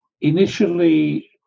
Initially